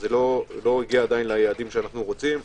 עדיין לא הגענו ליעדים שאנו רוצים.